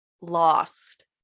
lost